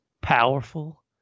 powerful